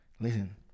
listen